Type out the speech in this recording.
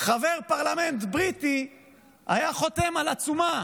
חבר פרלמנט בריטי היה חותם על עצומה